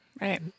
Right